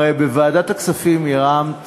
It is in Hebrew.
הרי בוועדת הכספים הרמת